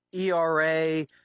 ERA